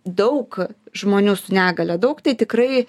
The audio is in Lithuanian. daug žmonių su negalia daug tai tikrai